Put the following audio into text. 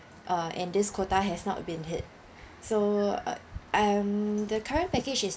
uh and this quota has not been hit so uh and the current package is